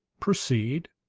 proceed.